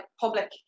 public